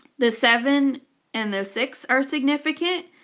the seven and the six are significant.